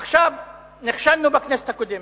עכשיו, נכשלנו בכנסת הקודמת.